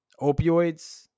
opioids